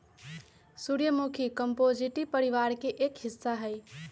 सूर्यमुखी कंपोजीटी परिवार के एक हिस्सा हई